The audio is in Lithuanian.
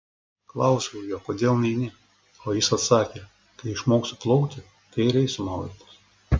klausiau jo kodėl neini o jis atsakė kai išmoksiu plaukti tai ir eisiu maudytis